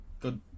good